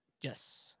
Yes